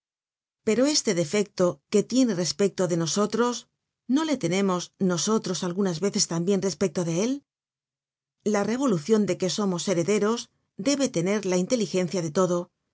pero este defecto que tiene respecto de nosotros no le tenemos nosotros algunas veces tambien respecto de él la revolucion de que somos herederos debe tener la inteligencia de todo